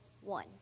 one